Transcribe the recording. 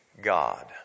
God